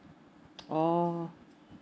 oh